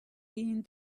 seen